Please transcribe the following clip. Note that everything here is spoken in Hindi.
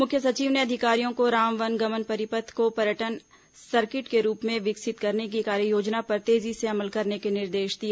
मुख्य सचिव ने अधिकारियों को राम वन गमन परिपथ को पर्यटन सर्किट के रूप में विकसित करने की कार्ययोजना पर तेजी से अमल करने के निर्देश दिए